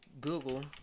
Google